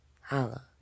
Holla